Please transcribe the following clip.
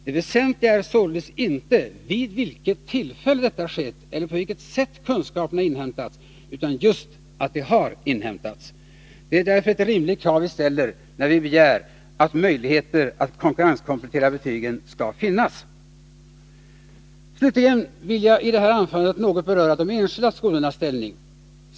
Det väsentliga är således inte vid vilket tillfälle detta skett eller på vilket sätt kunskaperna inhämtats, utan just att de har inhämtats. Det är därför ett rimligt krav vi ställer, när vi begär att möjligheter att konkurrenskomplettera betygen skall finnas. Slutligen vill jag i det här anförandet något beröra de enskilda skolornas ställning.